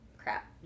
Crap